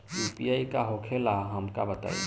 UPI का होखेला हमका बताई?